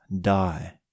die